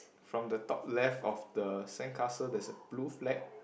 from the top left of the sandcastle there is a blue flag